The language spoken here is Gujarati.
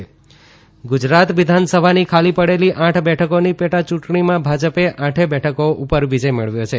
ગુજરાત પેટા ચુંટણી ગુજરાત વિધાનસભાની ખાલી પડેલી આઠ બેઠકોની પેટાચૂંટણીમાં ભાજપે આઠેય બેઠકો ઉપર વિજય મેળવ્યો છે